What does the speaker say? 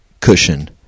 cushion